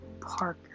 Parker